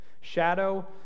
Shadow